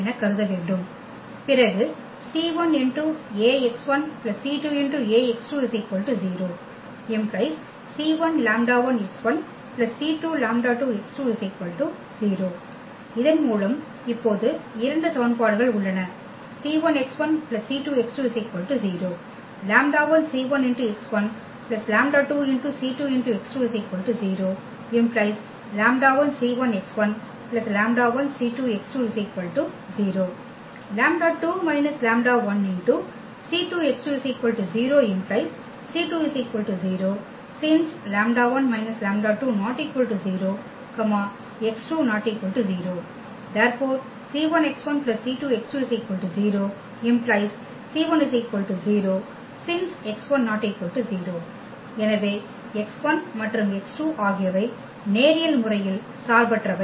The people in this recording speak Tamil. என கருதவேண்டும் பிறகு c1Ax1 c2Ax2 0 ⇒ c1λ1x1 c2λ2x2 0 இதன் மூலம் இப்போது இரண்டு சமன்பாடுகள் உள்ளன c1x1 c2x2 0 λ1c1x1 λ2c2x2 0 ⟹ λ1c1x1 λ1c2x2 0 λ2 − λ1 c2x2 0 ⇒ c2 0 since λ1 − λ2 ≠ 0 x2 ≠ 0 c1x1 c2x2 0⟹ c1 0 since x1 ≠ 0 எனவே x1 மற்றும் x2 ஆகியவை நேரியல் முறையில் சார்பற்றவை